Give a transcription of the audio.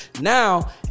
Now